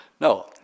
No